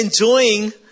enjoying